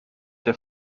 der